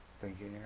thinking.